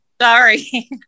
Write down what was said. Sorry